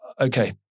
okay